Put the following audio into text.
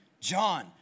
John